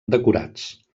decorats